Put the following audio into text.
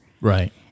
right